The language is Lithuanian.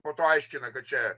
po to aiškina kad čia